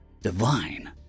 divine